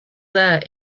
there